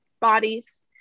bodies